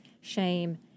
shame